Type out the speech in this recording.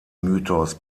mythos